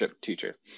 teacher